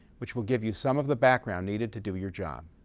which will give you some of the background needed to do your job.